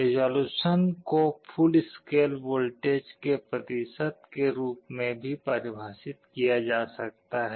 resolution को full scale voltage के प्रतिशत के रूप में भी परिभाषित किया जा सकता है